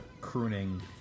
crooning